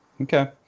Okay